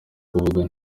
kuvuga